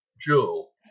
jewel